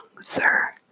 sir